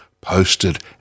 posted